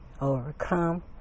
overcome